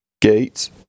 gates